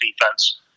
defense